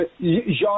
Jean